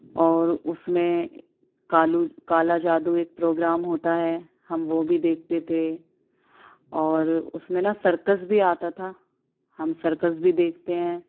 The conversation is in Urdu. اور اس میں کالو کالا جادو ایک پروگرام ہوتا ہے ہم وہ بھی دیکھتے تھے اور اس میں نہ سرکس بھی آتا تھا ہم سرکس بھی دیکھتے ہیں